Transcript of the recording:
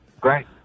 great